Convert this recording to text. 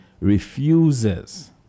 refuses